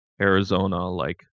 Arizona—like